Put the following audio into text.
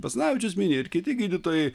basanavičius mini ir kiti gydytojai